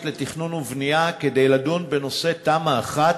לתכנון ובנייה כדי לדון בנושא תמ"א 1,